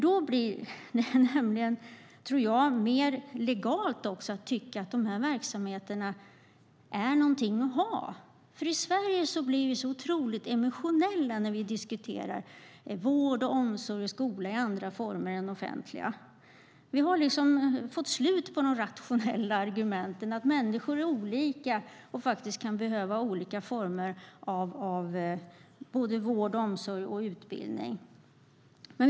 Då blir det nämligen, tror jag, mer legalt att tycka att de här verksamheterna är någonting att ha. I Sverige blir vi ju så otroligt emotionella när vi diskuterar vård, omsorg och skola i andra former än offentliga. Vi har liksom fått slut på de rationella argumenten: att människor är olika och faktiskt kan behöva olika former av både vård, omsorg och utbildning.